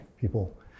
people